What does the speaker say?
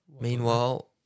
Meanwhile